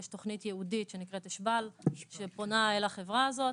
יש תוכנית ייעודית שנקראת אשב"ל שפונה אל החברה הזאת.